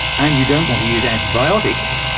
and you don't want to use antibiotics,